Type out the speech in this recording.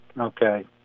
Okay